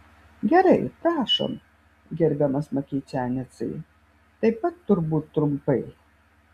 gerai prašom gerbiamas maceikianecai taip pat turbūt trumpai